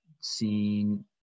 seen